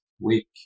week